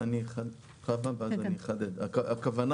הכוונה